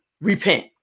Repent